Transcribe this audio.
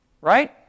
Right